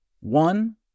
One